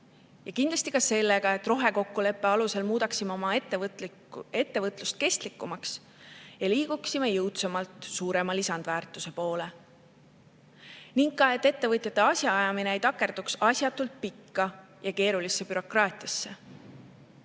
tegelema] sellega, et rohekokkuleppe alusel muudaksime oma ettevõtlust kestlikumaks ja liiguksime jõudsamalt suurema lisandväärtuse poole, ning ka sellega, et ettevõtjate asjaajamine ei takerduks asjatult pikka ja keerulisse bürokraatiasse.